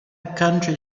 country